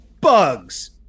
bugs